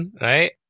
right